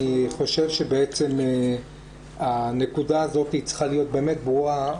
אני חושב שבעצם הנקודה הזאת צריכה להיות באמת ברורה,